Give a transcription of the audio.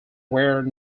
where